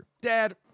Dad